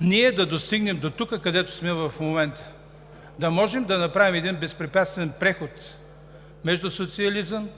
ние да достигнем дотук, където сме в момента – да можем да направим един безпрепятствен преход от социализъм